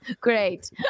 great